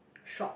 shop